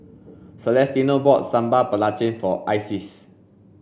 Celestino bought sambal belacan for Isis